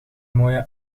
mooie